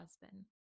husband